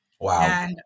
Wow